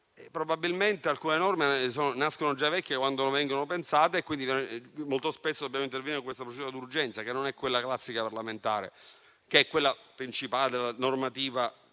probabilmente alcune norme nascono già vecchie quando vengono pensate e, quindi, molto spesso dobbiamo intervenire con la procedura d'urgenza, che non è quella classica parlamentare, quella principale di approvazione